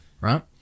right